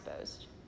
exposed